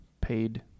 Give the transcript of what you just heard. paid